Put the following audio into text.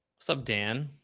sup dan,